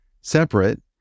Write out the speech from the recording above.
separate